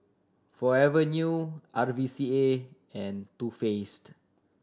Forever New R V C A and Too Faced